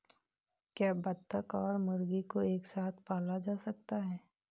क्या बत्तख और मुर्गी को एक साथ पाला जा सकता है?